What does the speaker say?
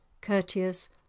courteous